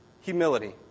humility